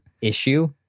issue